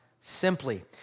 Simply